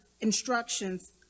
instructions